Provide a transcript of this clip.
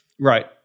right